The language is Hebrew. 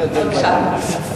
בבקשה.